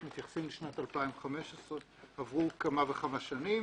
מתייחסים לשנת 2015. עברו מאז כמה וכמה שנים.